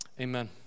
Amen